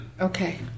okay